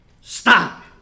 Stop